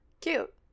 Cute